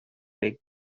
big